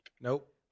Nope